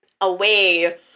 away